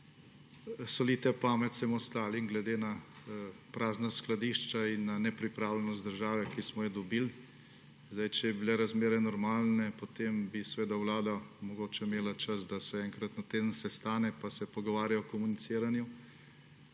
solite pamet vsem ostalim, glede na prazna skladišča in na nepripravljenost države, ki smo jo dobili. Če bi bile razmere normalne, potem bi vlada mogoče imela čas, da se enkrat na teden sestane, pa se pogovarja o komuniciranju.